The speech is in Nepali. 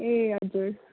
ए हजुर